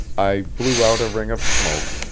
i blew out a ring of smoke,